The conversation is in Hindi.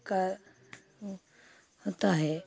क्या होता है